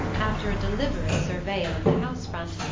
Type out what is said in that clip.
after a deliberate surveyal of the house front,